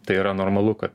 tai yra normalu kad